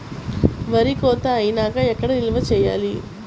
వరి కోత అయినాక ఎక్కడ నిల్వ చేయాలి?